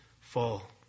fall